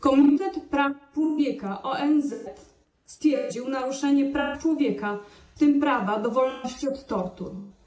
Komitet Praw Człowieka ONZ stwierdził naruszenie praw człowieka, w tym prawa do wolności od tortur.